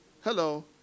Hello